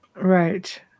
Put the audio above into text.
right